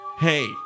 Hey